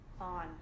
on